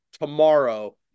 Tomorrow